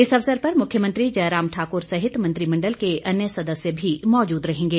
इस अवसर पर मुख्यमंत्री जयराम ठाकुर सहित मत्रिमंडल के अन्य सदस्य भी मौजूद रहेंगे